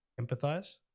empathize